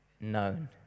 known